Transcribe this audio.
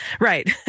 Right